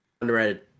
underrated